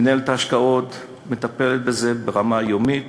מינהלת ההשקעות מטפלת בזה ברמה יומית,